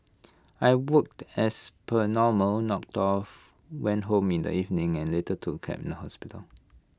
I worked as per normal knocked off went home in the evening and later took A cab to the hospital